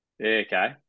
okay